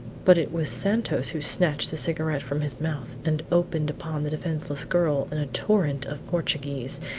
but it was santos who snatched the cigarette from his mouth, and opened upon the defenceless girl in a torrent of portuguese,